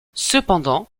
cependant